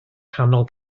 nghanol